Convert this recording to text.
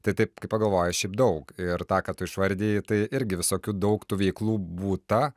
tai taip kai pagalvoju šiaip daug ir tą ką tu išvardijai tai irgi visokių daug tų veiklų būta